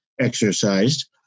exercised